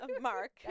mark